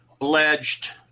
alleged